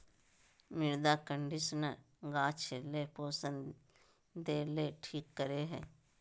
मृदा कंडीशनर गाछ ले पोषण देय ले ठीक करे हइ